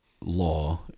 law